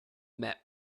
met